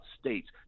states